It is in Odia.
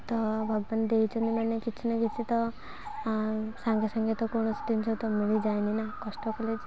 ତ ଭଗବାନ ଦେଇଛନ୍ତି ମାନେ କିଛି ନା କିଛି ତ ସାଙ୍ଗେ ସାଙ୍ଗେ ତ କୌଣସି ଜିନିଷ ତ ମିଳିଯାଏନି ନା କଷ୍ଟ କଲେ ଯାଏ